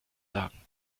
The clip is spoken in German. sagen